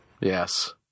Yes